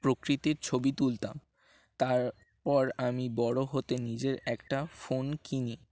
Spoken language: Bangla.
প্রকৃতির ছবি তুলতাম তারপর আমি বড়ো হতে নিজের একটা ফোন কিনি